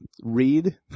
read